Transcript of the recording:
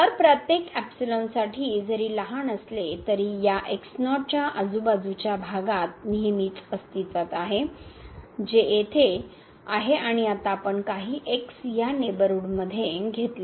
तर प्रत्येक एपिसिलोनसाठी जरी लहान असले तरी या x0 च्या आजूबाजूच्या भागात नेहमीच अस्तित्वात आहे जे येथे आहे आणि आता आपण काही x ह्या नेबरहूड मध्ये घेतले